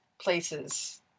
places